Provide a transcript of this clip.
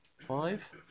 five